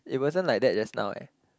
it wasn't like that just now eh